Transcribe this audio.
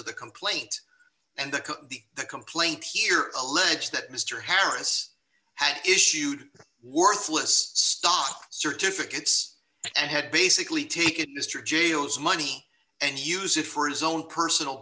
of the complaint and the complaint here allege that mr harris had issued worthless stock certificates and had basically take it mr jail's money and use it for his own personal